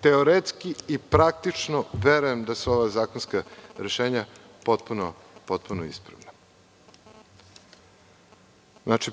teoretski i praktično verujem da su ova zakonska rešenja potpuno ispravna.